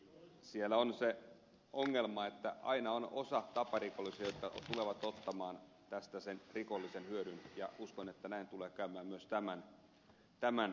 siellä on se ongelma että aina on osa taparikollisia jotka tulevat ottamaan tästä sen rikollisen hyödyn ja uskon että näin tulee käymään myös tämän yhteydessä